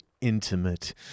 intimate